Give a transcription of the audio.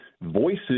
voices